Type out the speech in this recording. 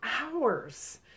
hours